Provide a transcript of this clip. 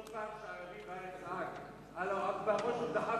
כל פעם שערבי בארץ צעק "אללה אכבר" או שהוא דחף